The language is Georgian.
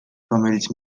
რომელიც